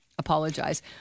Apologize